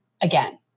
Again